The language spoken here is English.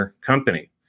Company